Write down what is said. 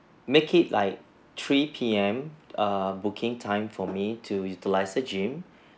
make it like three P_M err booking time for me to utilize the gym